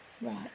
Right